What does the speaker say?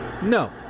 No